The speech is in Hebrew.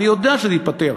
אני יודע שזה ייפתר.